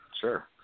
Sure